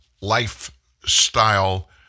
lifestyle